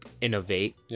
innovate